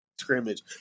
scrimmage